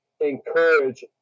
encourage